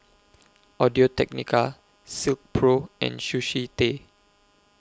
Audio Technica Silkpro and Sushi Tei